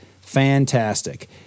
fantastic